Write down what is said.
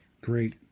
Great